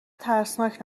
ترسناک